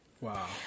Wow